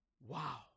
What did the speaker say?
wow